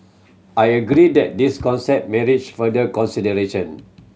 I agree that this concept merits further consideration